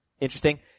interesting